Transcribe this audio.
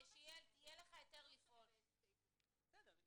אני לא באה עכשיו